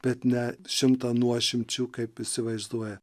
bet ne šimtą nuošimčių kaip įsivaizduoja